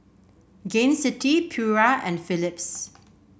Gain City Pura and Philips